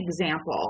example